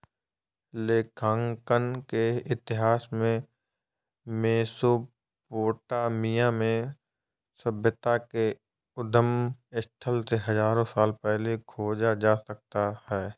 लेखांकन के इतिहास को मेसोपोटामिया में सभ्यता के उद्गम स्थल से हजारों साल पहले खोजा जा सकता हैं